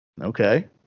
okay